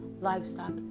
livestock